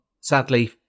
sadly